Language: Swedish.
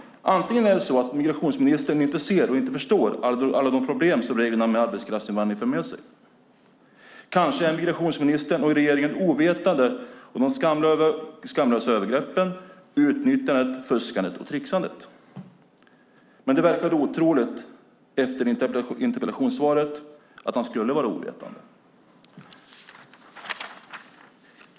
Det första alternativet är att migrationsministern inte ser och förstår alla de problem som reglerna för arbetskraftsinvandring för med sig. Kanske är migrationsministern och regeringen ovetande om de skamlösa övergreppen, utnyttjandet, fuskandet och tricksandet. Efter att ha hört interpellationssvaret verkar det dock otroligt att de skulle vara ovetande.